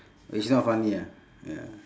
it's not funny ah ya